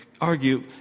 argue